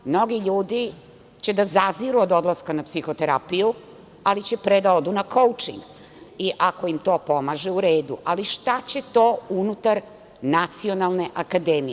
Mnogi ljudi će da zaziru od odlaska na psihoterapiju, ali će pre da odu na „koučing“ i ako im to pomaže, u redu, ali šta će to unutar Nacionalne akademije?